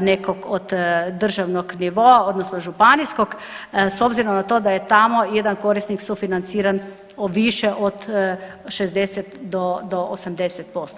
nekog od državnog nivoa odnosno županijskog s obzirom na to da je tamo jedan korisnik sufinanciran više od 60 do 80%